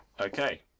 Okay